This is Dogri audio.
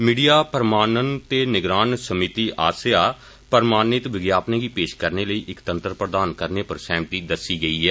मीडिया प्रमाणन ते निगरान समिति नै प्रमाणित विज्ञापनें गी पेष करने लेई इक तंत्र प्रदान करने पर सहमति दस्सी ऐ